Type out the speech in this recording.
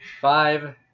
five